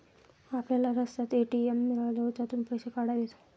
आपल्याला रस्त्यात ए.टी.एम मिळाल्यावर त्यातून पैसे काढावेत